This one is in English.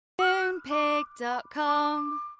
Moonpig.com